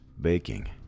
baking